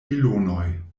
milonoj